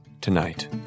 tonight